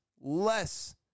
less